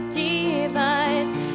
divides